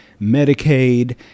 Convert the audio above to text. Medicaid